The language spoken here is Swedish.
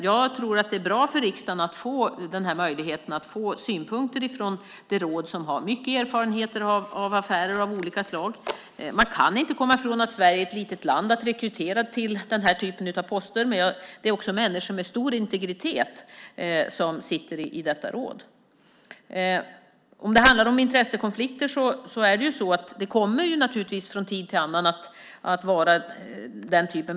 Jag tror att det är bra för riksdagen att få denna möjlighet att få synpunkter från detta råd som har mycket erfarenhet av affärer av olika slag. Man kan inte komma ifrån att Sverige är ett litet land när det gäller rekrytering till den här typen av poster. Men det är människor med stor integritet som sitter i detta råd. Naturligtvis kommer det från tid till annan att uppstå intressekonflikter.